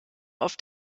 auf